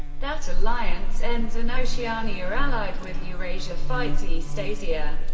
that alliance ends and oceania, allied with eurasia, fights eastasia,